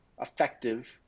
effective